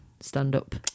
stand-up